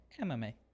MMA